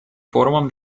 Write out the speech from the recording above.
форумом